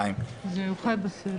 חיים כץ,